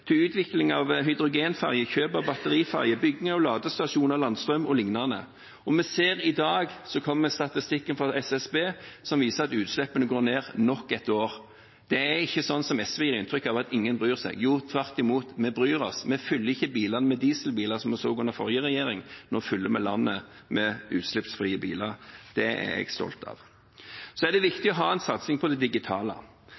til utvikling av hydrogenferjer, kjøp av batteriferjer, bygging av ladestasjoner, landstrøm o.l. I dag kom statistikken fra SSB, som viser at utslippene går ned nok et år. Det er ikke som SV gir inntrykk av, at ingen bryr seg. Tvert imot, vi bryr oss. Vi fyller ikke landet med dieselbiler, som vi så under forrige regjering, nå fyller vi landet med utslippsfrie biler. Det er jeg stolt av. Så er det